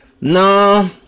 nah